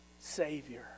Savior